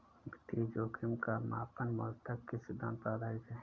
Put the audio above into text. वित्तीय जोखिम का मापन मूलतः किस सिद्धांत पर आधारित है?